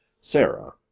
Sarah